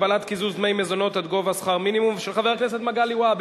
הגבלת קיזוז דמי מזונות עד גובה שכר מינימום) של חבר הכנסת מגלי והבה.